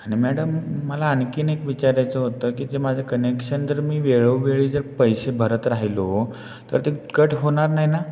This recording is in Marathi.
आणि मॅडम मला आणखीन एक विचारायचं होतं की जे माझं कनेक्शन जर मी वेळोवेळी जर पैसे भरत राहिलो तर ते कट होणार नाही ना